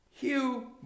Hugh